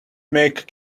make